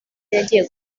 yagiye